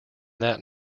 that